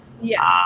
Yes